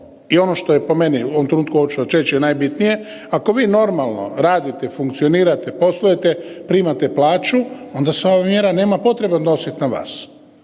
i ono što je po meni u ovom trenutku hoću još reći je najbitnije, ako bi normalno radite funkcionirate, poslujete, primate plaću onda se ova mjera nema potrebe odnositi na vas.